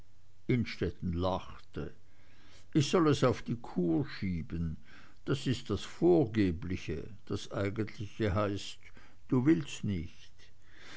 innstetten lachte kur ich soll es auf die kur schieben das ist das vorgebliche das eigentliche heißt du willst nicht